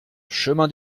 chemin